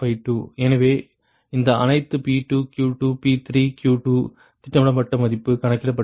எனவே இந்த அனைத்து P2 Q2 P3 Q2 திட்டமிடப்பட்ட மதிப்பு கணக்கிடப்பட்டது